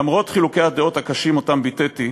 למרות חילוקי הדעות הקשים שביטאתי,